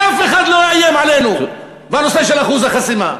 שאף אחד לא יאיים עלינו בנושא של אחוז החסימה,